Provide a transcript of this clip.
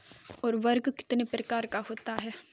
उर्वरक कितने प्रकार का होता है?